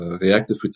reactive